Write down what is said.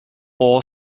our